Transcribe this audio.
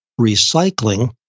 recycling